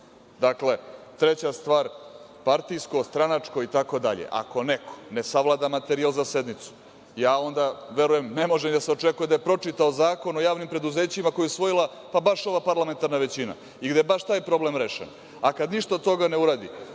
znao. Dakle, treća stvar partijsko, stranačko, itd. Ako neko ne savlada materijal za sednicu, onda verujem ne može da se očekuje da je pročitao Zakon o javnim preduzećima koji je usvojila, pa baš ova parlamentarna većina i da baš taj problem rešen, a kad ništa od toga ne uradi,